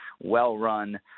well-run